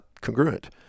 congruent